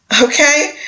Okay